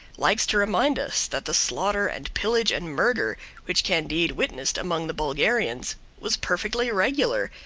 likes to remind us that the slaughter and pillage and murder which candide witnessed among the bulgarians was perfectly regular,